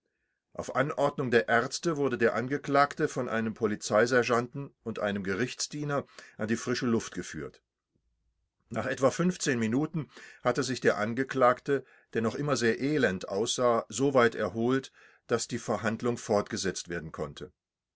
auf anordnung der ärzte wurde der angeklagte von einem polizeisergeanten und einem gerichtsdiener an die frische luft geführt nach etwa minuten hatte sich der angeklagte der noch immer sehr elend aussah so weit erholt daß die verhandlung fortgesetzt werden konnte